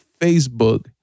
Facebook